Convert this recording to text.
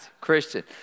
Christian